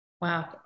Wow